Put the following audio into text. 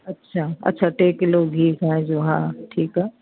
अछा अछा टे किलो गिह गांहि जो हा ठीकु आहे